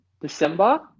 december